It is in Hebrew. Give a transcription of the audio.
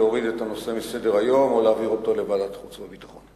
אם להוריד את הנושא מסדר-היום או להעביר אותו לוועדת החוץ והביטחון.